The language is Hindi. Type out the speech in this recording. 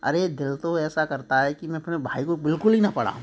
अरे दिल तो ऐसा करता है कि अपने भाई को बिलकुल ही न पढ़ाऊँ